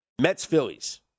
Mets-Phillies